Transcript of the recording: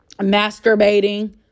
masturbating